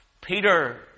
Peter